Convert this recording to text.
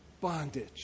bondage